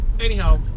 Anyhow